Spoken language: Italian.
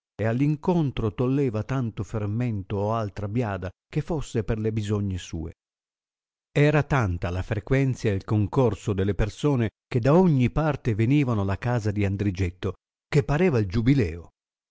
all incontro toueva tanto fermento o altra biada che fosse per le bisogne sue era tanta la frequenzia e il concorso delle persone che da ogni parte venivano alla casa di andrigetto che pareva il giubileo